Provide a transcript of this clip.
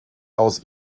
aus